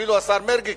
אפילו השר מרגי,